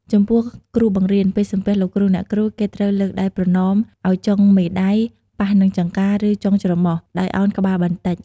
ចំពោះគ្រូបង្រៀន ពេលសំពះលោកគ្រូអ្នកគ្រូ គេត្រូវលើកដៃប្រណម្យឱ្យចុងមេដៃប៉ះនឹងចង្កា ឬចុងច្រមុះ ដោយឱនក្បាលបន្តិច។